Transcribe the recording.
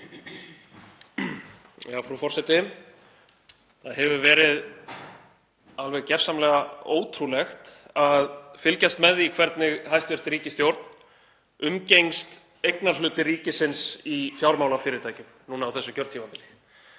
Frú forseti. Það hefur verið gjörsamlega ótrúlegt að fylgjast með því hvernig hæstv. ríkisstjórn umgengst eignarhluti ríkisins í fjármálafyrirtækjum núna á þessu kjörtímabili.